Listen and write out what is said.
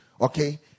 okay